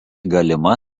galima